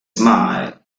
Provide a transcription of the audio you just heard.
smile